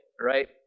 right